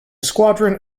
squadron